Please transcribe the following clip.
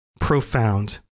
profound